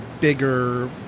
bigger